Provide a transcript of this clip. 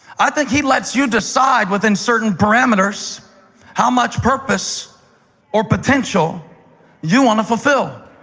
i think he lets you decide within certain parameters how much purpose or potential you want to fulfill.